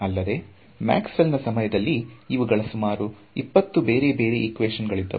ಅಲ್ಲದೆ Maxwell ನಾ ಸಮಯದಲ್ಲಿ ಇವುಗಳ ಸುಮಾರು 20 ಬೇರೆ ಬೇರೆ ಈಕ್ವೇಶನ್ ಗಳಾಗಿದ್ದವು